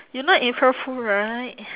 you know april fool right